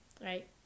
right